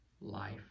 life